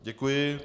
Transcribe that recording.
Děkuji.